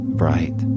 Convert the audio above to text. bright